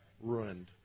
ruined